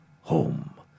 Home